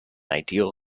ideal